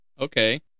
Okay